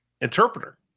interpreter